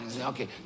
Okay